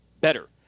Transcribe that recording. better